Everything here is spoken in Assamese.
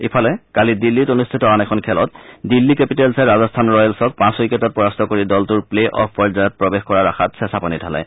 ইফালে কালি দিল্লীত অনুষ্ঠিত আন এখন খেলত দিল্লী কেপিটেলচে ৰাজস্থান ৰয়েলৰ্ছক পাঁচ উইকেটত পৰাস্ত কৰি দলটোৰ প্লে অৱ পৰ্যায়ত প্ৰৱেশ কৰাৰ আশাত চেচা পানী ঢালে